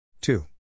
two